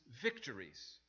victories